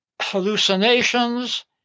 hallucinations